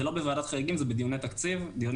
זה לא בוועדת חריגים, זה בדיוני תקציב.